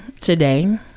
today